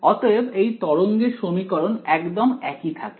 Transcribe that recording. অতএব এই তরঙ্গের সমীকরণ একদম একই থাকে